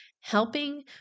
helping